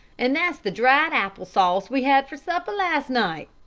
and that's the dried-apple sauce we had for supper last night,